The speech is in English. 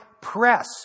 press